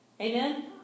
Amen